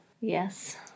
Yes